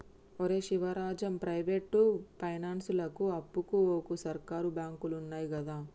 ఒరే శివరాజం, ప్రైవేటు పైనాన్సులకు అప్పుకు వోకు, సర్కారు బాంకులున్నయ్ గదా